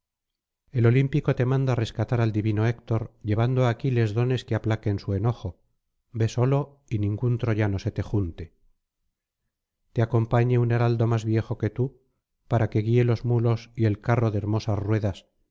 el olímpico te manda rescatar al divino héctor llevando á aquiles dones que aplaquen su enojo ve solo y ningún troyano se te junte te acompañe un heraldo más viejo que tú para que guíe los mulos y el carro de hermosas ruedas